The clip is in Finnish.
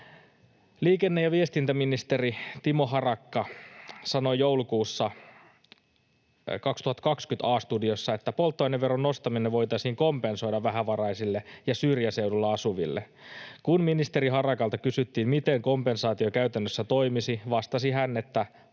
Liikenne‑ ja viestintäministeri Timo Harakka sanoi joulukuussa 2020 A-studiossa, että polttoaineveron nostaminen voitaisiin kompensoida vähävaraisille ja syrjäseuduilla asuville. Kun ministeri Harakalta kysyttiin, miten kompensaatio käytännössä toimisi, vastasi hän, että pankkitilille ilmestyy rahaa. Eipä ole ihmisten tileille tullut